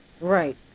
Right